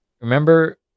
Remember